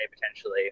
potentially